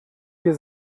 wir